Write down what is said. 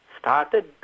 started